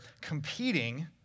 competing